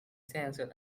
sensual